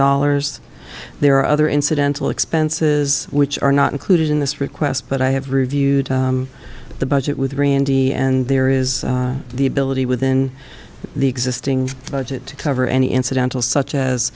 dollars there are other incidental expenses which are not included in this request but i have reviewed the budget with randy and there there is the ability within the existing budget to cover any incidental such as